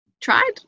tried